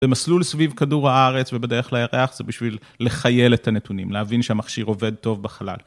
במסלול סביב כדור הארץ ובדרך לירח, זה בשביל לחייל את הנתונים, להבין שהמכשיר עובד טוב בכלל.